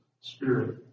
Spirit